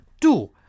Two